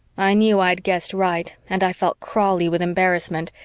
i knew i'd guessed right and i felt crawly with embarrassment,